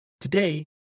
Today